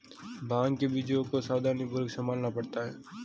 भांग के बीजों को सावधानीपूर्वक संभालना पड़ता है